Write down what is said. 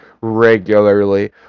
regularly